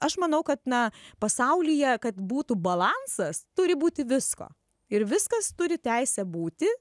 aš manau kad na pasaulyje kad būtų balansas turi būti visko ir viskas turi teisę būti